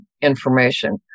information